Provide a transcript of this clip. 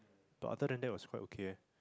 but other than that was quite okay eh